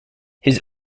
his